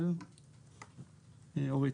אורית,